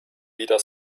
wieder